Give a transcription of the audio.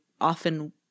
often